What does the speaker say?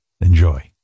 Enjoy